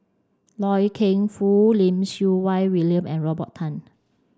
Loy Keng Foo Lim Siew Wai William and Robert Tan